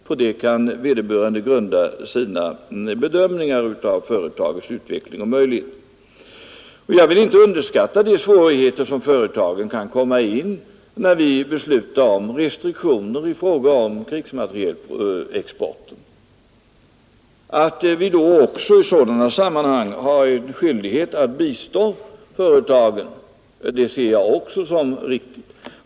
På det kan vederbörande grunda sina bedömningar av företagets utveckling och möjligheter. Jag vill inte underskatta de svårigheter som företagen kan komma i när vi beslutar om restriktioner i fråga om krigsmaterielexporten. Att vi i sådana sammanhang har skyldighet att bistå företagen, det ser jag också: som riktigt.